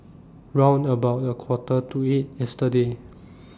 round about A Quarter to eight yesterday